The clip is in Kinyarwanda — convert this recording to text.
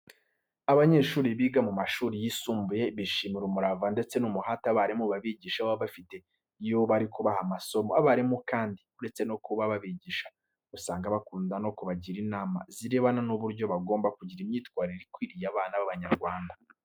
Abanyeshuri biga mu mashuri yisumbuye, bishimira umurava ndetse n'umuhate abarimu babigisha baba bafite iyo bari kubaha amasomo. Abarimu kandi uretse no kuba babigisha, usanga bakunda no kubagira inama zirebana n'uburyo bagomba kugira imyitwarire ikwiriye abana b'Abanyarwanda.